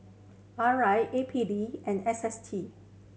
R I A P D and S S T